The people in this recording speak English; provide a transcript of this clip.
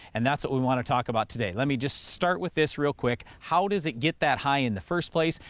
and that's what we want to talk about today. let me just start with this real quick how does it get that high in the first place?